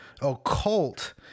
occult